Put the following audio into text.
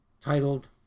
titled